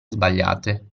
sbagliate